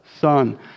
son